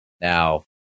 now